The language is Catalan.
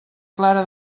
clara